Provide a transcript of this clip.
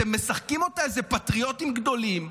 אתם משחקים אותה פטריוטים גדולים.